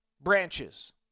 branches